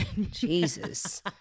Jesus